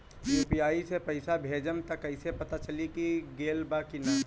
UPI से पइसा भेजम त कइसे पता चलि की चल गेल बा की न?